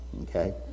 Okay